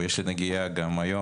ויש לי נגיעה גם היום,